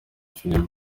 filime